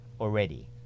already